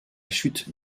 chute